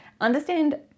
understand